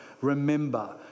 remember